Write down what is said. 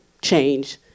change